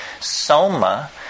Soma